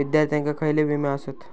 विद्यार्थ्यांका खयले विमे आसत?